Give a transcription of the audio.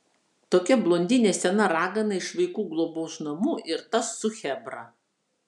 tokia blondinė sena ragana iš vaikų globos namų ir tas su chebra